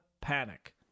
panic